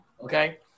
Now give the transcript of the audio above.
okay